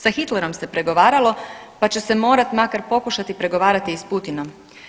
Sa Hitlerom se pregovaralo pa će se morat makar pokušati pregovarati i s Putinom.